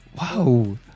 Wow